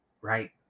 right